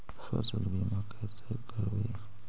फसल बीमा कैसे करबइ?